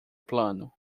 plano